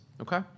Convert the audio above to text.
okay